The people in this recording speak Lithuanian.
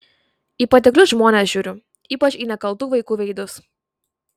į patiklius žmones žiūriu ypač į nekaltų vaikų veidus